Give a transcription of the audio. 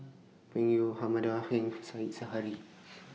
Peng Yu Hamanda Heng Said Zahari